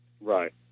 right